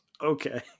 Okay